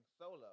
solo